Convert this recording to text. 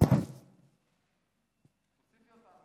את מצביעה?